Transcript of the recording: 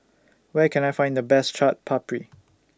Where Can I Find The Best Chaat Papri